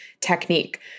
technique